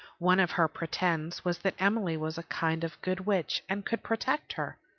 one of her pretends was that emily was a kind of good witch and could protect her.